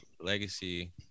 legacy